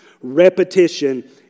Repetition